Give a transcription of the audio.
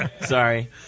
Sorry